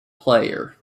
player